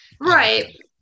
Right